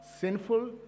sinful